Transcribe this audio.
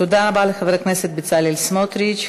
תודה רבה לחבר הכנסת בצלאל סמוטריץ.